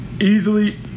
easily